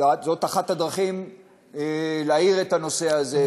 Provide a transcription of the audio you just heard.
זאת אחת הדרכים להאיר את הנושא הזה,